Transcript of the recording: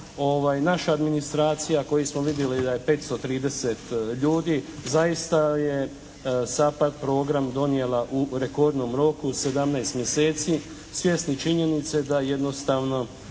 Naša administracija koju smo vidjeli da je 530 ljudi, zaista je SAPARD program donijela u rekordnom roku, 17 mjeseci, svjesni činjenice da jednostavno